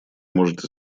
может